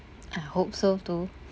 I hope so too